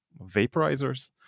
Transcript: vaporizers